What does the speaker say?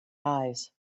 eyes